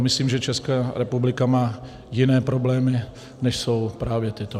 Myslím, že Česká republika má jiné problémy, než jsou právě tyto.